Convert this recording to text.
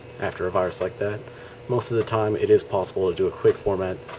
after a virus like that most of the time it is possible to do a quick format,